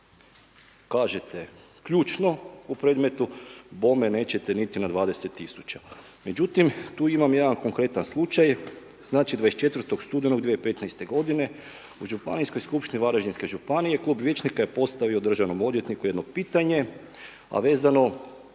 kažete ključno u predmetu, bome nećete niti na 20 tisuća. Međutim, tu imam jedan konkretan slučaj, znači 24. studenog 2015. u Županijskoj skupštini Varaždinske županije klub vijećnika je postavio državnom odvjetniku jedno pitanje a vezano